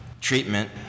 treatment